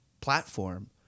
platform